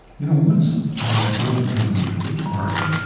you know once i had sold the company to atari,